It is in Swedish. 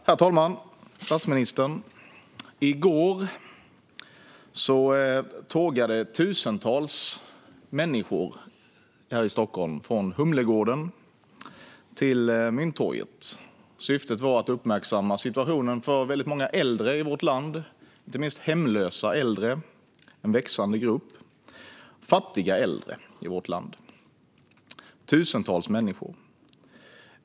Herr talman! Statsministern! I går tågade tusentals människor här i Stockholm från Humlegården till Mynttorget. Syftet var att uppmärksamma situationen för många äldre i vårt land, inte minst hemlösa äldre som är en växande grupp. Det handlar om fattiga äldre i vårt land, tusentals människor.